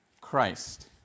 Christ